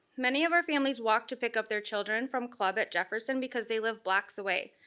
many of our families walk to pick up their children from club at jefferson because they live blocks away.